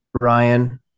Ryan